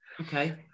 Okay